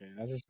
okay